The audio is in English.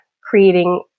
creating